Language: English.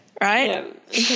right